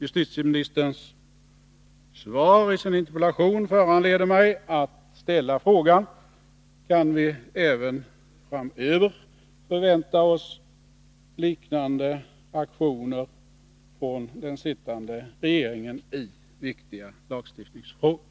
Justitieministerns svar på min interpellation föranleder mig att ställa frågan: Kan vi även framöver förvänta oss liknande aktioner från den sittande regeringen i viktiga lagstiftningsfrågor?